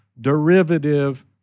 derivative